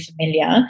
familiar